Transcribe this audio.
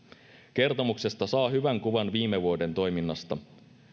kertomuksesta saa hyvän kuvan viime vuoden toiminnasta